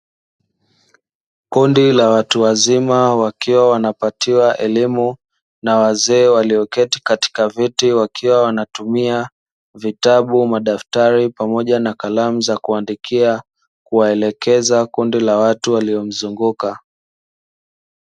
Kundi la watu wazima wakiwa wanapatiwa elimu na wazee walioketi katika viti wakiwa wanatumia: vitabu, madaftari, pamoja na kalamu za kuandikia; kuwaelekeza kundi la watu waliomzunguka.